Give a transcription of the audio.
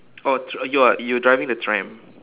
oh you are you driving the tram